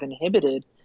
inhibited